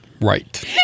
Right